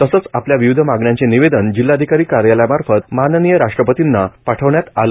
तसेच आपल्या विविध मागण्यांचे निवेदन जिल्हाधिकारी कार्यालया मार्फत माननीय राष्ट्रपतीना निवेदन पाठवण्यात आले